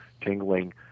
tingling